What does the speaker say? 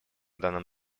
данном